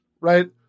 right